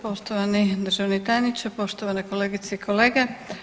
Poštovani državni tajniče, poštovane kolegice i kolege.